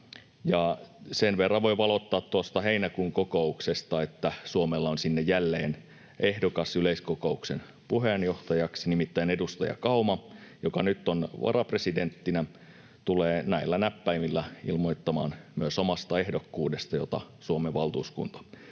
Sen verran voi valottaa tuota heinäkuun kokousta, että Suomella on sinne jälleen ehdokas yleiskokouksen puheenjohtajaksi, nimittäin edustaja Kauma, joka nyt on varapresidenttinä. Hän myös tulee näillä näppäimillä ilmoittamaan omasta ehdokkuudestaan, jota Suomen valtuuskunta